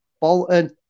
Bolton